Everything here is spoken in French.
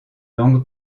langue